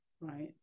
right